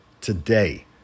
today